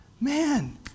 Man